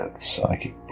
Psychic